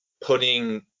putting